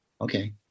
Okay